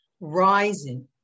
rising